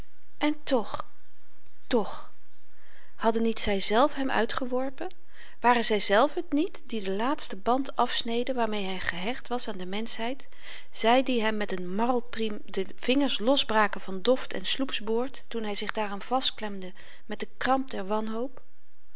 en toch toch hadden niet zyzelf hem uitgeworpen waren zyzelf het niet die den laatsten band afsneden waarmee hy gehecht was aan de mensheid zy die hem met n marlpriem de vingers losbraken van doft en sloepsboord toen hy zich daaraan vastklemde met den kramp der wanhoop